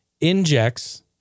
injects